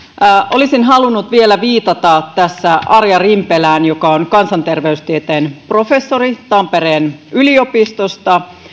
olisin halunnut vielä viitata tässä arja rimpelään joka on kansanterveystieteen professori tampereen yliopistosta